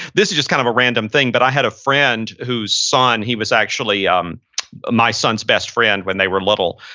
this is just kind of a random thing. but i had a friend whose son, he was actually um my son's best friend when they were little,